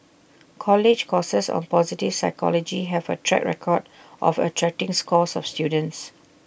college courses on positive psychology have A track record of attracting scores of students